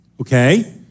Okay